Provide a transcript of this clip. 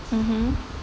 mmhmm